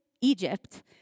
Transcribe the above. Egypt